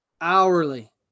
hourly